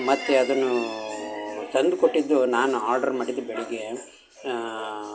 ಮತ್ತು ಅದನ್ನು ತಂದು ಕೊಟ್ಟಿದ್ದು ನಾನು ಆಡ್ರು ಮಾಡಿದ್ದು ಬೆಳಿಗ್ಗೆ